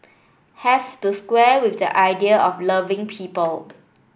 have to square with the idea of loving people